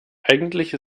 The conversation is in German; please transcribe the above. eigentlich